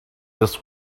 this